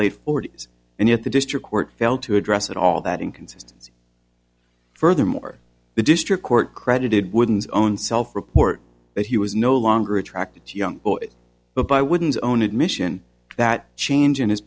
late forty's and yet the district court failed to address it all that inconsistent furthermore the district court credited wooden's own self report that he was no longer attracted to young boys but by wooden's own admission that change in his